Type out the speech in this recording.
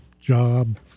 job